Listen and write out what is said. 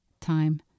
time